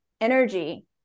energy